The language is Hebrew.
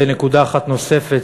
בנקודה אחת נוספת,